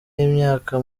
y’imyaka